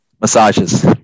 Massages